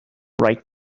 right